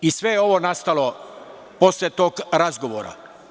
Sve je ovo nastalo posle tog razgovora.